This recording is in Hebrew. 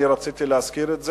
אני רציתי להזכיר את זה.